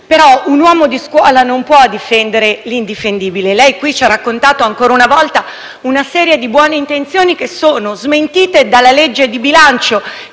un uomo di scuola non può difendere l'indifendibile. Lei qui ci ha raccontato, ancora una volta, una serie di buone intenzioni che sono smentite dalla legge di bilancio